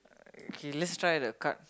K let's try the card